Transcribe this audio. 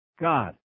God